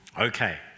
Okay